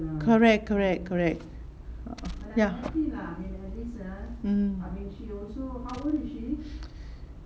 correct correct correct ya mm